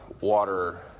water